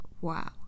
wow